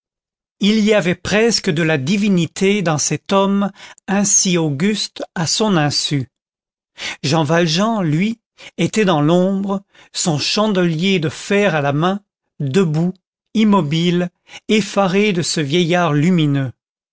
il y avait presque de la divinité dans cet homme ainsi auguste à son insu jean valjean lui était dans l'ombre son chandelier de fer à la main debout immobile effaré de ce vieillard lumineux